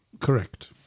Correct